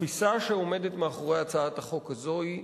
שהתפיסה שעומדת מאחורי הצעת החוק הזאת היא,